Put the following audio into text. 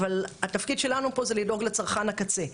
אבל התפקיד שלנו פה זה לדאוג לצרכן הקצה.